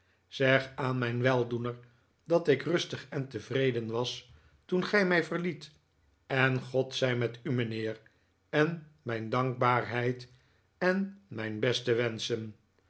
zeg aan mijn weldoener dat ik rustig en tevreden was toen gij mij verliet en god zij met u mijnheer en mijn dankbaarheid en mijn beste wenschen